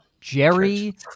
Jerry